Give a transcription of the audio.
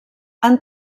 han